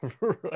Right